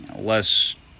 Less